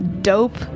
dope